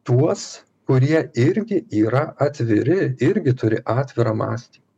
tuos kurie irgi yra atviri irgi turi atvirą mąstymą